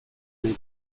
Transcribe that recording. nahi